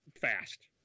fast